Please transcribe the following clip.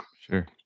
Sure